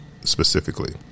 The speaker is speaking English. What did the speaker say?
Specifically